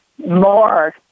more